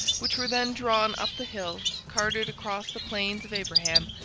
which were then drawn up the hill, carted across the plains of abraham,